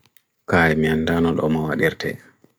kai miandano domawadirte.